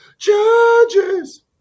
judges